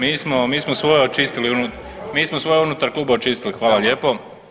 Mi smo, mi smo svoje očistili, mi smo svoje unutar kluba očistili hvala lijepo.